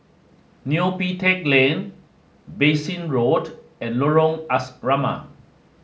Neo Pee Teck Lane Bassein Road and Lorong Asrama